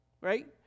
Right